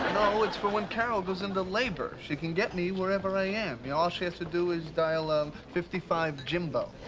no. it's for when carol goes into labor. she can get me wherever i yeah am. all she has to do is dial, ah, um fifty five jimbo. a